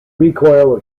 recoil